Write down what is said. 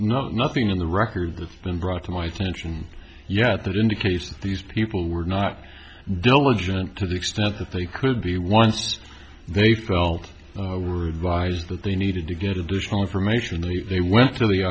there's nothing in the record that's been brought to my attention yet that indicates these people were not diligent to the extent that they could be once they felt were advised that they needed to get additional information if they went to the